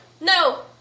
No